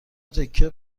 تکه